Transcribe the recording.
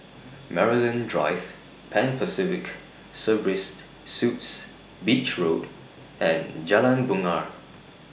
Maryland Drive Pan Pacific Serviced Suites Beach Road and Jalan Bungar